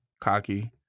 cocky